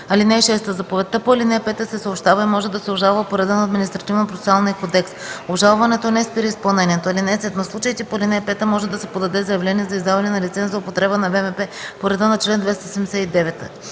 (6) Заповедта по ал. 5 се съобщава и може да се обжалва по реда на Административнопроцесуалния кодекс. Обжалването не спира изпълнението. (7) В случаите по ал. 5 може да се подаде заявление за издаване на лиценз за употреба на ВМП по реда на чл. 279.”